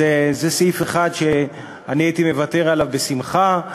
זה סעיף אחד שהייתי מוותר עליו בשמחה,